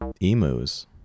Emus